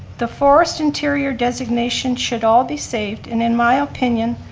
the forest interior designation should all be saved and in my opinion,